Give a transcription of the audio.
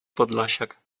podlasiak